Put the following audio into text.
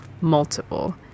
multiple